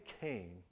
Cain